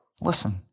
Listen